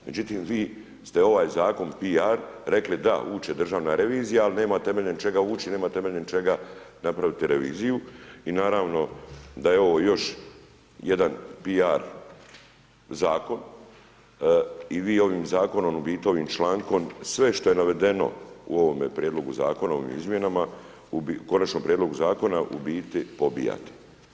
Međutim, vi ste ovaj zakon piar rekli da uće Državna revizija, ali nema temeljem čega ući, nema temeljem čega napraviti reviziju i naravno da je ovo još jedan piar zakon i vi ovim zakonom u biti, ovim člankom, sve što je navedeno u ovome prijedlogu zakona, u ovim izmjenama, u Konačnom prijedlogu zakona u biti pobijate.